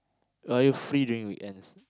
are you free during weekends